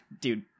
dude